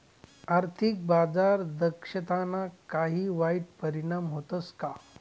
आर्थिक बाजार दक्षताना काही वाईट परिणाम व्हतस का